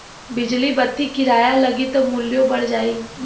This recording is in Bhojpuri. बिजली बत्ति किराया लगी त मुल्यो बढ़ जाई